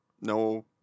No